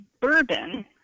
bourbon